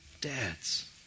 dads